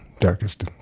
darkest